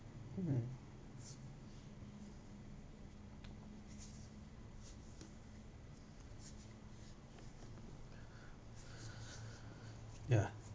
mm ya